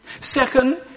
Second